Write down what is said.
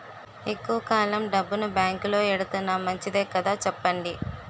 ఎక్కువ కాలం డబ్బును బాంకులో ఎడతన్నాం మంచిదే కదా చెప్పండి